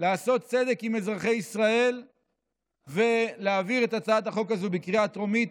לעשות צדק עם אזרחי ישראל ולהעביר את הצעת החוק הזו בקריאה טרומית.